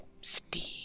Steve